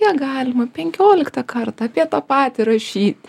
negalima penkioliktą kartą apie tą patį ir rašyti